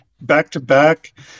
back-to-back